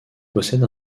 possède